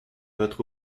votre